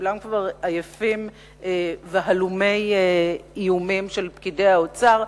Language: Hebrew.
כשכולם כבר עייפים והלומי איומים של פקידי האוצר,